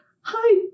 hi